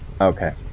Okay